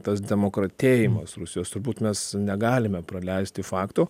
tas demokratėjimas rusijos turbūt mes negalime praleisti fakto